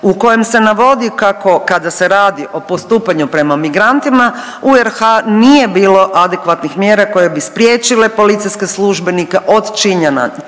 u kojem se navodi kako kada se radi o postupanju prema migrantima u RH nije bilo adekvatnih mjera koje bi spriječile policijske službenike od činjenja